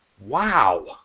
Wow